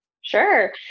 Sure